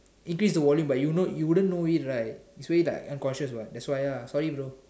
increase the volume but you wouldn't know it right so it's like unconscious what that's why ah sorry bro